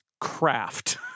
craft